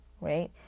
right